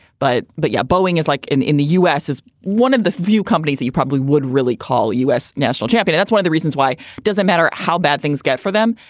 but but yeah, boeing is like in in the us is one of the few companies you probably would really call us national champion. that's one of the reasons why doesn't matter how bad things get for them,